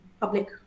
public